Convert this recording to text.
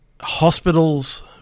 hospitals